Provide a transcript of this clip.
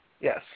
Yes